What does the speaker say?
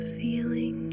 feeling